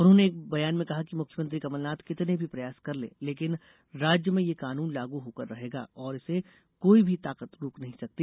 उन्होंने एक बयान में कहा कि मुख्यमंत्री कमलनाथ कितने भी प्रयास कर ले लेकिन राज्य में ये कानून लागू होकर रहेगा और इसे कोई भी ताकत रोक नहीं सकती